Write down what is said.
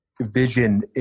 vision